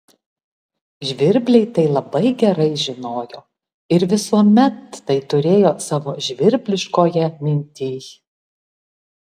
žvirbliai tai labai gerai žinojo ir visuomet tai turėjo savo žvirbliškoje mintyj